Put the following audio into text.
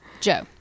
Joe